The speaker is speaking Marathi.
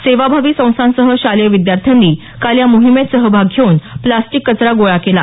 सेवाभावी संस्थांसह शालेय विद्यार्थ्यांनी काल या मोहिमेत सहभाग घेवून प्लास्टिक कचरा गोळा केला